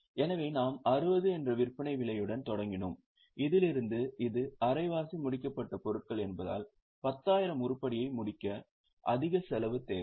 எனவே நாம் 60 என்ற விற்பனை விலையுடன் தொடங்கினோம் இதிலிருந்து இது அரைவாசி முடிக்கப்பட்ட பொருட்கள் என்பதால் 10000 உருப்படியை முடிக்க அதிக செலவு தேவை